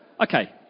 Okay